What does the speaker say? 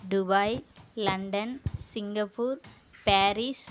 Dubai London Singapore Paris